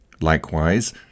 Likewise